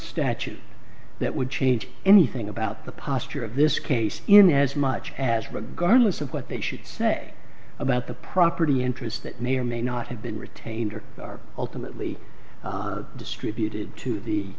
statute that would change anything about the posture of this case in as much as regardless of what they should say about the property interests that may or may not have been retained or are ultimately distributed to the